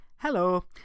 Hello